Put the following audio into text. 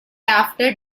after